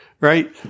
right